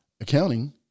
Accounting